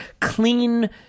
clean